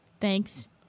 Thanks